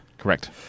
correct